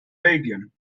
belgien